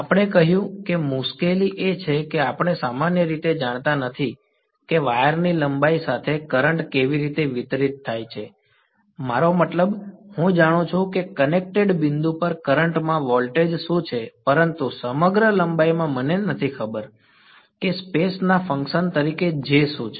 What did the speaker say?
આપણે કહ્યું કે મુશ્કેલી એ છે કે આપણે સામાન્ય રીતે જાણતા નથી કે વાયર ની લંબાઈ સાથે કરંટ કેવી રીતે વિતરિત થાય છે મારો મતલબ હું જાણું છું કે કનેક્ટેડ બિંદુ પર કરંટ માં વોલ્ટેજ શું છે પરંતુ સમગ્ર લંબાઈમાં મને ખબર નથી કે સ્પેસ ના ફંક્શન તરીકે J શું છે